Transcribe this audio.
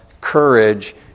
courage